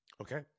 okay